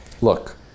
look